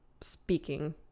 speaking